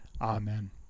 Amen